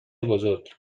بزرگ